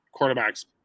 quarterbacks